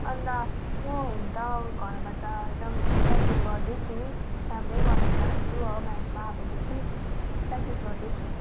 अन्त म हुनु त घरमा त एकदम प्रयाक्टिस गर्दैछु राम्रै गर्न चाहन्छु हो म्याचमा अबोदेखि प्रयाक्टिस गर्दैछु